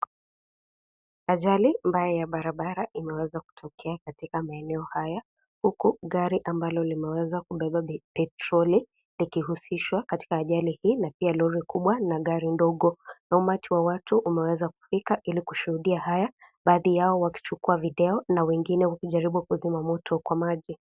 Ajali mbaya ya barabara imeweza kutokea katika maeneo haya huku gari ambalo limeweza kubeba petroli likihusishwa katika ajali hii na pia lori kubwa na gari ndogo na umati wa watu umeweza kufika ilikushudia haya, baadhi yao wakichukua video na wengine wakijaribu kuzima moto kwa maji.